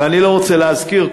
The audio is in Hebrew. ואני לא רוצה להזכיר,